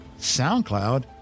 SoundCloud